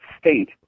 state